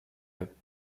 eux